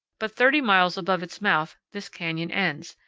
but thirty miles above its mouth this canyon ends,